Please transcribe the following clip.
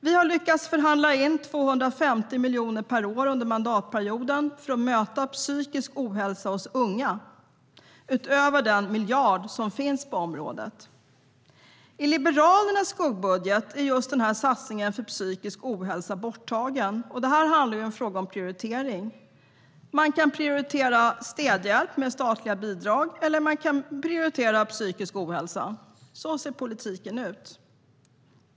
Vi har lyckats förhandla in 250 miljoner per år under mandatperioden för att möta psykisk ohälsa hos unga, utöver den miljard som finns på området. I Liberalernas skuggbudget är just den här satsningen för psykisk ohälsa borttagen. Det är en fråga om prioritering. Man kan prioritera städhjälp med statliga bidrag - eller psykisk ohälsa. Så ser politiken ut.